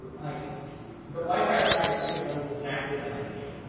like the wi-fi router here knows exactly that i'm here.